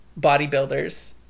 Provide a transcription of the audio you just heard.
bodybuilders